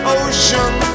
ocean